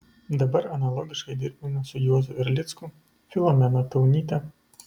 dabar analogiškai dirbame su juozu erlicku filomena taunyte